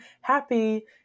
happy